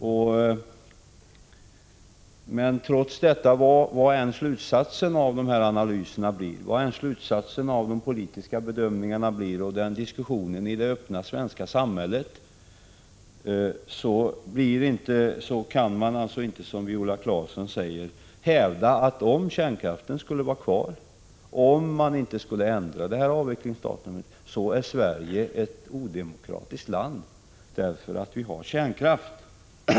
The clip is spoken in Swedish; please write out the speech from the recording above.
Vilken slutsats man än drar av analysen och vilka de politiska bedömningarna än blir av diskussionerna i det öppna svenska samhället kan man inte som Viola Claesson hävda att Sverige är ett odemokratiskt land därför att vi har kärnkraft.